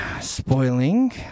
Spoiling